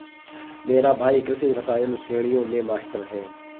मेरा भाई कृषि रसायन श्रेणियों में मास्टर है